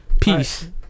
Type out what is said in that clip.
Peace